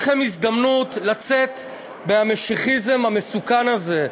יש לכם הזדמנות לצאת מהמשיחיזם המסוכן הזה,